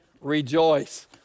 rejoice